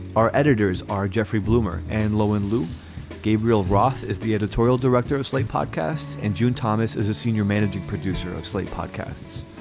our editors are jeffrey bloomer and lo and lou gabriel roth is the editorial director of slate podcasts and june thomas is a senior managing producer of slate podcasts.